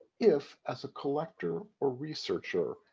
if, as a collector or researcher,